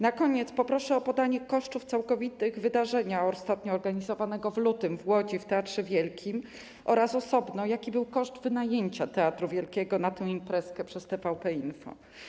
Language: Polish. Na koniec poproszę o podanie kosztów całkowitych wydarzenia zorganizowanego w lutym w Łodzi w Teatrze Wielkim oraz osobno o podanie, jaki był koszt wynajęcia Teatru Wielkiego na tę imprezkę przez TVP Info.